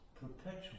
perpetual